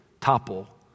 topple